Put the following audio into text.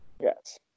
Yes